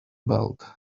belt